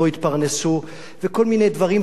וכל מיני דברים שאתה יודע, אתה לא מצפה.